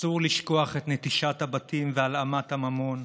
אסור לשכוח את נטישת הבתים והלאמת הממון,